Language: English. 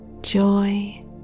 joy